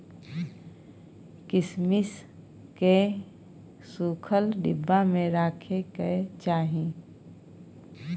किशमिश केँ सुखल डिब्बा मे राखे कय चाही